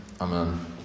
Amen